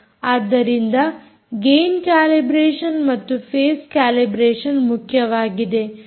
ಆದ್ದರಿಂದ gain calibration ಮತ್ತು phase calibration ಮುಖ್ಯವಾಗಿದೆ